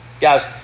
Guys